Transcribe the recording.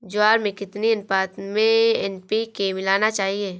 ज्वार में कितनी अनुपात में एन.पी.के मिलाना चाहिए?